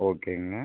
ஓகேங்க